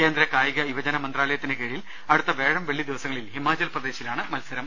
കേന്ദ്ര കായിക യുവജന മന്ത്രാലയത്തിന് കീഴിൽ അടുത്ത വ്യാഴം വെള്ളി ദിവ സങ്ങളിൽ ഹിമാചൽ പ്രദേശിലാണ് മത്സരം